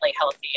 healthy